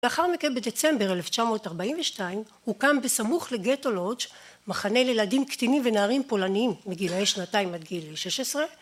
ואחר מכן בדצמבר אלף תשע מאות ארבעים ושתיים הוקם בסמוך לגטו לודג' מחנה לילדים קטינים ונערים פולניים מגילי שנתיים עד גיל שש עשרה